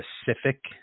specific